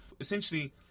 essentially